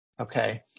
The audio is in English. Okay